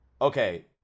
okay